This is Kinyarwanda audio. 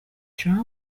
trump